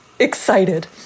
excited